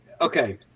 Okay